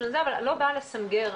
לא באה לסנגר,